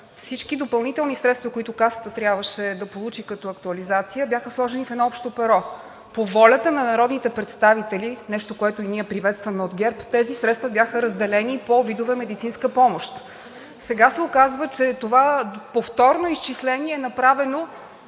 всички допълнителни средства, които Касата трябваше да получи като актуализация, бяха сложени в едно общо перо. По волята на народните представители – нещо, което и ние от ГЕРБ приветстваме, тези средства бяха разделени по видове медицинска помощ. Сега се оказва, че това повторно изчисление е направено.